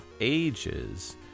Ages